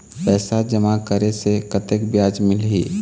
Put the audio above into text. पैसा जमा करे से कतेक ब्याज मिलही?